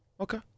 Okay